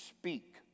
speak